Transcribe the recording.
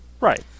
Right